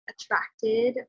attracted